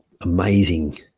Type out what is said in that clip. amazing